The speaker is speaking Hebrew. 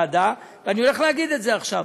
העלית את זה בוועדה, ואני הולך להגיד את זה עכשיו.